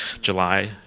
July